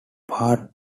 part